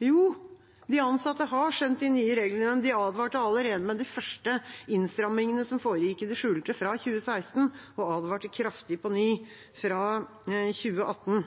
Jo, de ansatte har skjønt de nye reglene – de advarte allerede ved de første innstrammingene som foregikk i det skjulte fra 2016, og de advarte kraftig på ny fra 2018.